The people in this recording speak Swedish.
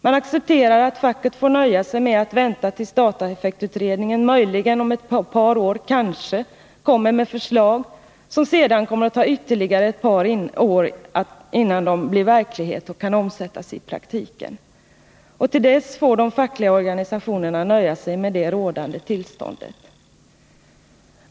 Man accepterar att facket får nöja sig med att vänta tills dataeffektutredningen möjligen om ett par år kanske kommer med förslag. Och sedan dröjer det ytterligare ett par år, innan de blir verklighet och kan omsättas i praktiken. Till dess får de fackliga organisationerna nöja sig med det rådande tillståndet.